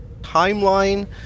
timeline